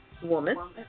Woman